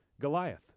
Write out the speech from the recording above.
Goliath